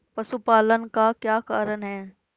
पशुपालन का क्या कारण है?